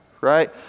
Right